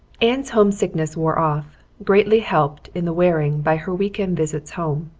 anne's homesickness wore off, greatly helped in the wearing by her weekend visits home.